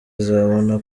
azabona